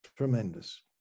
tremendous